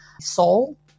soul